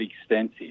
extensive